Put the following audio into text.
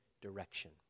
direction